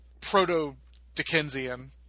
proto-Dickensian